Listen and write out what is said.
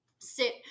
sit